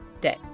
day